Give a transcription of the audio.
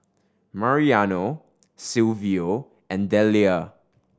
Mariano Silvio and Dellia